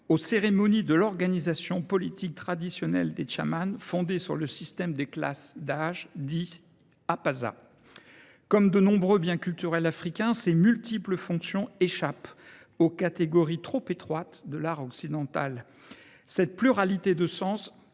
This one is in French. aux cérémonies de l'organisation politique traditionnelle des Tchamans, fondée sur le système des classes d'âge dit APAZA. Comme de nombreux biens culturels africains, ces multiples fonctions échappent aux catégories trop étroites de l'art occidental. Cette pluralité de sens